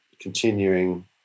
continuing